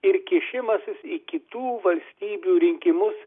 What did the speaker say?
ir kišimasis į kitų valstybių rinkimus